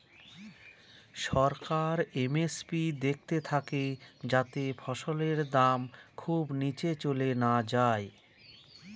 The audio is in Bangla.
সরকার এম.এস.পি দেখতে থাকে যাতে ফসলের দাম যাতে খুব নীচে চলে যায়